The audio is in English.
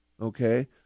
okay